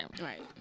Right